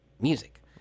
music